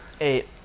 Eight